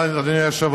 תודה, אדוני היושב-ראש.